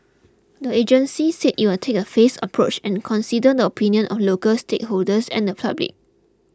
the agency said it will take a phased approach and consider the opinions of local stakeholders and the public